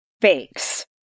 fakes